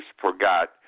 forgot